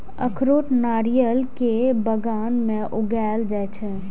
अखरोट नारियल के बगान मे उगाएल जाइ छै